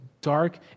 dark